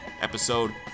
episode